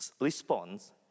response